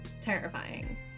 terrifying